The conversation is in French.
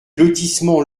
lotissement